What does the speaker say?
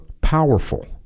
powerful